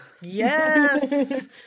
Yes